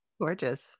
Gorgeous